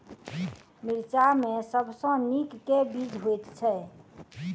मिर्चा मे सबसँ नीक केँ बीज होइत छै?